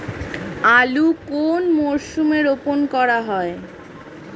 আলু কোন মরশুমে রোপণ করা হয়?